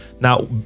now